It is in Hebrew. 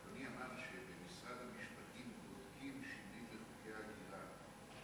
אדוני אמר שבמשרד המשפטים בודקים שינויים בחוקי ההגירה.